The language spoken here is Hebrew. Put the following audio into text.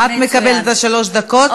את מקבלת את שלוש הדקות.